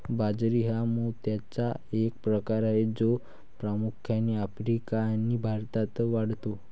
बाजरी हा मोत्याचा एक प्रकार आहे जो प्रामुख्याने आफ्रिका आणि भारतात वाढतो